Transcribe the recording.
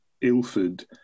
Ilford